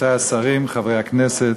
רבותי השרים, חברי הכנסת,